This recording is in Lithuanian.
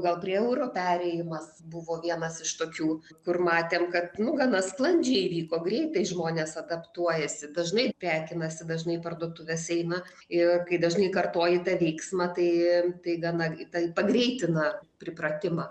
gal prie euro perėjimas buvo vienas iš tokių kur matėm kad nu gana sklandžiai vyko greitai žmonės adaptuojasi dažnai prekinasi dažnai į parduotuves eina ir kai dažnai kartoji tą veiksmą tai tai gana tai pagreitina pripratimą